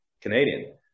Canadian